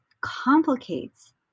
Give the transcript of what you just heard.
complicates